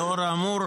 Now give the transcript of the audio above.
--- לאור האמור,